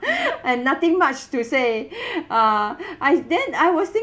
and nothing much to say ah I then I was